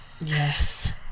yes